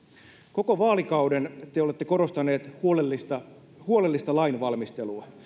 koko vaalikauden te olette korostaneet huolellista huolellista lainvalmistelua